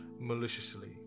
maliciously